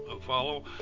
follow